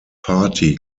party